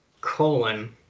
colon